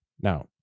Now